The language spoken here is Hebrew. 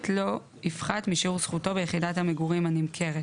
לא יפחת משיעור זכותו ביחידת המגורים הנמכרת."